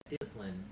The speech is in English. discipline